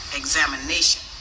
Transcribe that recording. examination